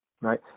right